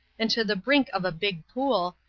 and to the brink of a big pool,